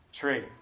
tree